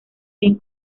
bien